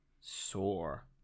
Sore